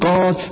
God